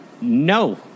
No